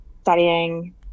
studying